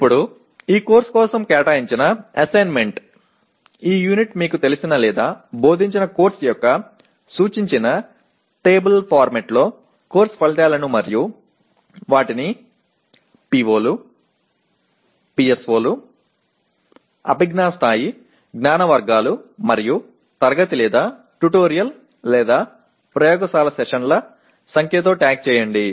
ఇప్పుడు ఈ కోర్సు కోసం కేటాయించిన అసైన్మెంట్ ఈ యూనిట్ మీకు తెలిసిన లేదా బోధించిన కోర్సు యొక్క సూచించిన టేబుల్ ఫార్మాట్లో కోర్సు ఫలితాలను మరియు వాటిని PO లు PSO లు అభిజ్ఞా స్థాయి జ్ఞాన వర్గాలు మరియు తరగతి లేదా ట్యుటోరియల్ ప్రయోగశాల సెషన్ల సంఖ్యతో ట్యాగ్ చేయండి